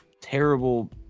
terrible